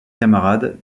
camarade